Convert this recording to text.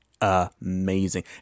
amazing